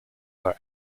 for